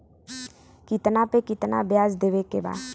कितना पे कितना व्याज देवे के बा?